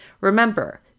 Remember